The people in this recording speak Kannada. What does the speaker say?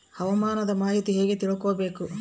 ಹವಾಮಾನದ ಮಾಹಿತಿ ಹೇಗೆ ತಿಳಕೊಬೇಕು?